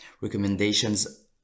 recommendations